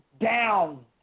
down